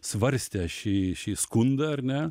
svarstė šį šį skundą ar ne